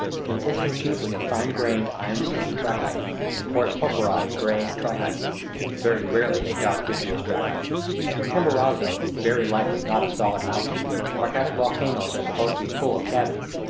consisting chiefly of fine-grained, iron-stained trachyte and coarse porphyroid gray trachyte very rarely a dark vitreous trachyte chimborazo is very likely not a solid mountain trachytic volcanoes are supposed to be full of cavities.